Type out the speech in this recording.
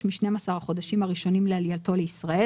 משנים עשר החודשים הראשונים לעלייתו לישראל".